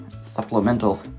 supplemental